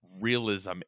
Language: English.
realism